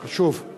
חשוב.